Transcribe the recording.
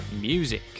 Music